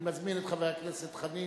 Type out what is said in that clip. אני מזמין את חבר הכנסת חנין,